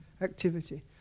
activity